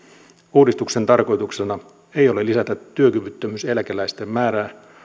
uudistuksen tarkoituksena ei ole lisätä työkyvyttömyyseläkeläisten määrää